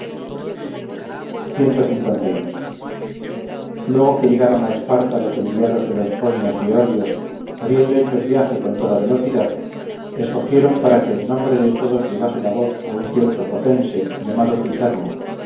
luego que llegaron a esparta los enviados de los jonios y eolios habiendo hecho el viaje con toda velocidad escogieron para que en nombre de todos llevase la voz a un cierto focense llamado pitermo